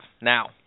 now